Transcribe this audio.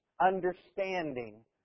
understanding